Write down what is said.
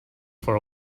for